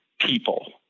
people